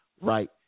right